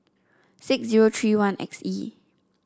six zero three one X E